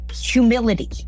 Humility